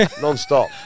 Non-stop